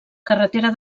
carretera